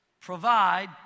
Provide